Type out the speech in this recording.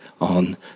on